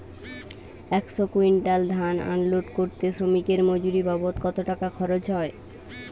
একশো কুইন্টাল ধান আনলোড করতে শ্রমিকের মজুরি বাবদ কত টাকা খরচ হয়?